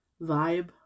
vibe